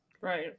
Right